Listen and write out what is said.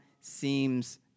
seems